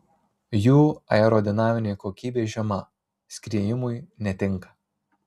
jų aerodinaminė kokybė žema skriejimui netinka